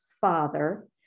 father